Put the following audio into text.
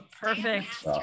perfect